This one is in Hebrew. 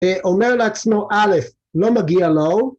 אומר לעצמו א', לא מגיע לו